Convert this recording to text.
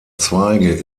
zweige